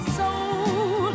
soul